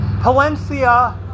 Palencia